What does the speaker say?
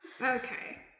Okay